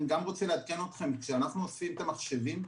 אני גם רוצה לעדכן אתכם שכשאנחנו אוספים את המחשבים,